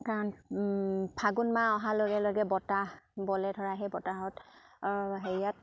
কাৰণ ফাগুন মাহ অহাৰ লগে লগে বতাহ বলে ধৰা সেই বতাহত হেৰিয়াত